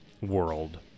world